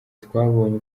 twabonye